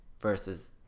versus